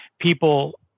people